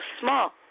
small